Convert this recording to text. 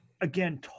again